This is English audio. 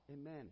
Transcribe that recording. Amen